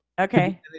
Okay